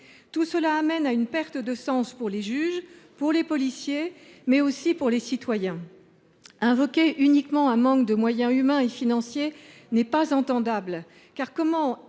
Tout cela induit une perte de sens pour les juges, pour les policiers, mais aussi pour les citoyens. L’argument du manque de moyens humains et financiers est inaudible